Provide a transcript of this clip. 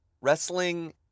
Wrestling